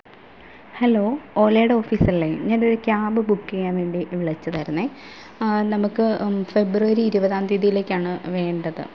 hello ഒലയുടെ ഓഫീസ്സല്ലെ ഞാൻ ഒരു ക്യാബ് ബുക്ക് ചെയ്യാൻ വേണ്ടി വിളിച്ചതായിരുന്നു നമുക്ക് ഫെബ്രുവരി ഇരുപതാം തീയ്യതിയിലേക്കാണ് വേണ്ടത്